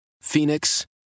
Phoenix